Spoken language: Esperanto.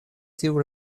tiu